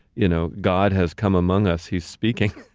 you know, god has come among us, he's speaking,